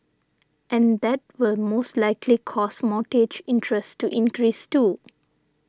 and that will most likely cause mortgage interest to increase too